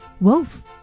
Wolf